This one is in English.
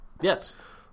Yes